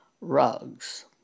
rugs